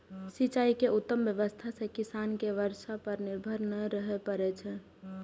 सिंचाइ के उत्तम व्यवस्था सं किसान कें बर्षा पर निर्भर नै रहय पड़ै छै